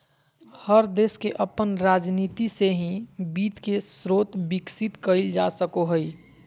हर देश के अपन राजनीती से ही वित्त के स्रोत विकसित कईल जा सको हइ